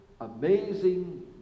amazing